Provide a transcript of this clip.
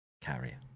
carrier